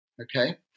Okay